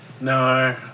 No